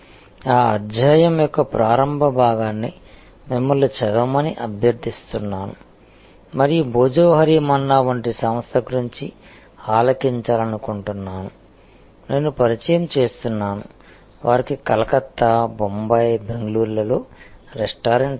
ఆ అధ్యాయం యొక్క ప్రారంభ భాగాన్ని మిమల్ని చదవమని అభ్యర్థిస్తున్నాను మరియు భోజోహరి మన్నా వంటి సంస్థ గురించి ఆలకించాలనుకుంటున్నాను నేను పరిచయం చేస్తున్నాను వారికి కలకత్తా బొంబాయి బెంగళూరులో రెస్టారెంట్లు ఉన్నాయి